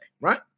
right